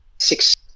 Six